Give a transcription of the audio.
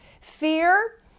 fear